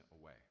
away